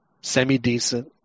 semi-decent